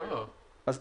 האחת,